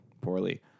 poorly